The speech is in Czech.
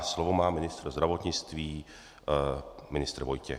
Slovo má ministr zdravotnictví, ministr Vojtěch.